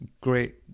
great